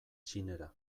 txinera